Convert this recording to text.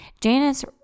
Janice